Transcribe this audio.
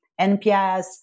NPS